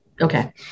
okay